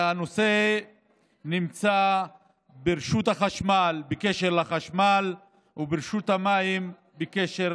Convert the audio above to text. הנושא נמצא ברשות החשמל בקשר למחיר חשמל וברשות המים בקשר